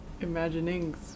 Imaginings